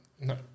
No